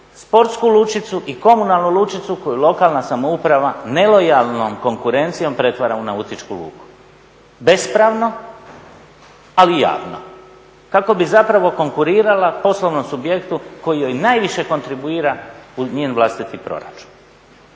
sportsku lučicu i komunalnu lučicu koju lokalna samouprava nelojalnom konkurencijom pretvara u nautičku luku. Bespravno, ali javno kako bi zapravo konkurirala poslovnom subjektu koji joj najviše kontribuira u njen vlastiti proračun.